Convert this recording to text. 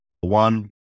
One